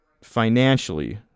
financially